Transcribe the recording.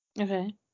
Okay